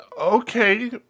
okay